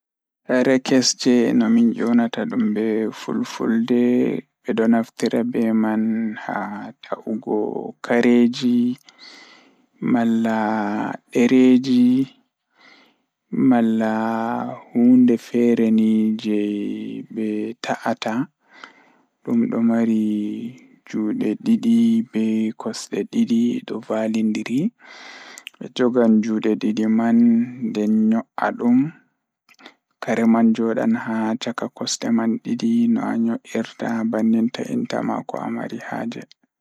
Ko sowtorde mawɗe ko noɓɓi haala e duunde njunndu. Ngal sowtorde njiyataa kammuɗi laawol e dow, ngam teeŋngude laawol ngal. Haa, kammuɗi ndiyan njantataa e goongu daande, ngam baawtoore laawol ngal.